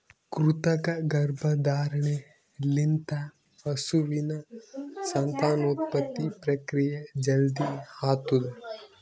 ಕೃತಕ ಗರ್ಭಧಾರಣೆ ಲಿಂತ ಹಸುವಿನ ಸಂತಾನೋತ್ಪತ್ತಿ ಪ್ರಕ್ರಿಯೆ ಜಲ್ದಿ ಆತುದ್